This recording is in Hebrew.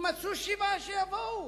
יימצאו שבעה שיבואו.